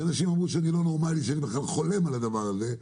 שאנשים אמרו שאני לא נורמלי שאני בכלל חולם על הדבר הזה,